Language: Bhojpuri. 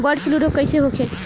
बर्ड फ्लू रोग कईसे होखे?